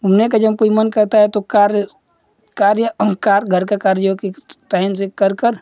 घूमने का जब कोई मन करता है तो कार्य कार्य कार घर का कार्य जो है कि टाइम से कर कर